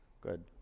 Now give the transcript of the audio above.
Good